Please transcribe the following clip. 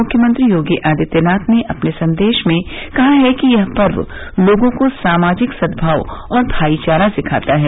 मुख्यमंत्री योगी आदित्यनाथ ने अपने संदेश में कहा है कि यह पर्व लोगों को सामाजिक सद्भाव और भाईचारा सिखाता है